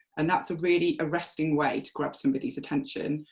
and that's a really arresting way to grab somebody's attention,